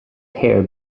hair